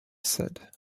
said